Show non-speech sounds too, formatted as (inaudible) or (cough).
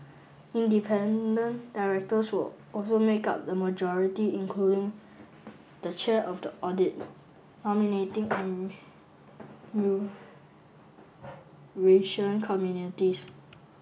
independent directors will also make up the majority including the chair of the audit nominating and (unintelligible) committees